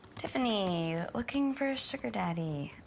tiffany, looking for a sugar daddy.